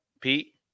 Pete